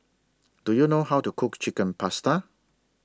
Do YOU know How to Cook Chicken Pasta